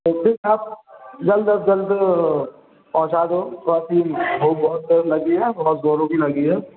تو ٹھیک ہے آپ جلد از جلد پہنچا دو کافی بھوک بہت تیز لگی ہے بہت زوروں کی لگی ہے